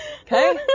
Okay